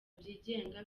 byigenga